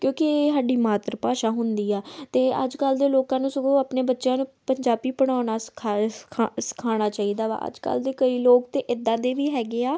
ਕਿਉਂਕਿ ਸਾਡੀ ਮਾਤਰ ਭਾਸ਼ਾ ਹੁੰਦੀ ਆ ਅਤੇ ਅੱਜ ਕੱਲ੍ਹ ਦੇ ਲੋਕਾਂ ਨੂੰ ਸਗੋਂ ਆਪਣੇ ਬੱਚਿਆਂ ਨੂੰ ਪੰਜਾਬੀ ਪੜ੍ਹਾਉਣਾ ਸਿਖਾਉਣਾ ਚਾਹੀਦਾ ਵਾ ਅੱਜ ਕੱਲ੍ਹ ਦੇ ਕਈ ਲੋਕ ਤਾਂ ਇੱਦਾਂ ਦੇ ਵੀ ਹੈਗੇ ਆ